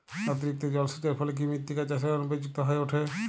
অতিরিক্ত জলসেচের ফলে কি মৃত্তিকা চাষের অনুপযুক্ত হয়ে ওঠে?